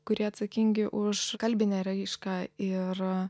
kurie atsakingi už kalbinę raišką ir